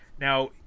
now